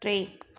टे